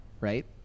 right